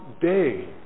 day